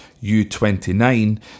U-29